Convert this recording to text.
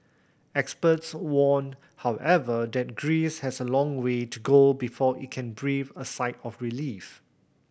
experts warn however that Greece has a long way to go before it can breathe a sigh of relief